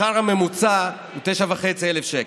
השכר הממוצע הוא 9,500 שקל,